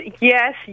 yes